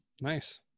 Nice